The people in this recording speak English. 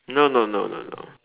no no no no no